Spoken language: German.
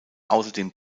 außerdem